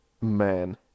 man